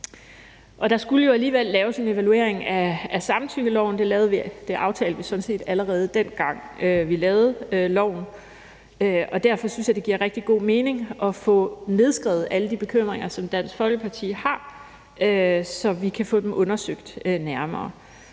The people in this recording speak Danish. Der skulle jo alligevel laves en evaluering af samtykkeloven – det aftalte vi sådan set allerede, dengang vi lavede loven – og derfor synes jeg, at det giver rigtig god mening at få nedskrevet alle de bekymringer, som Dansk Folkeparti har, så vi kan få dem undersøgt nærmere.